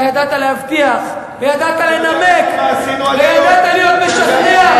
אתה ידעת להבטיח ולנמק ולהיות משכנע,